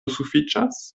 sufiĉas